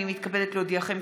הינני מתכבדת להודיעכם,